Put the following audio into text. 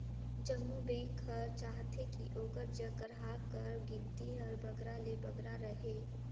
जम्मो बेंक हर चाहथे कि ओकर जग गराहक कर गिनती हर बगरा ले बगरा रहें